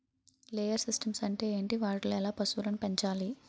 Layer systems అంటే ఏంటి? వాటిలో ఎలా పశువులను పెంచాలి?